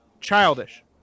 childish